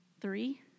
three